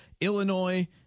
illinois